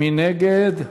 מי נגד?